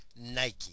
Nike